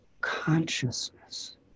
consciousness